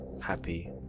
happy